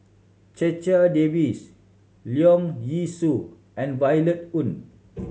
Checha Davies Leong Yee Soo and Violet Oon